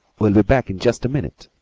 we'll be back in just a minute.